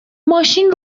ماشین